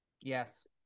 Yes